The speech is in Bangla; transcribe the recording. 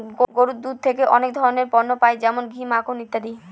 গরুর দুধ থেকে অনেক ধরনের পণ্য পাই যেমন ঘি, মাখন ইত্যাদি